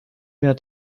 mehr